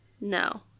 No